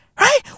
Right